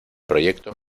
proyecto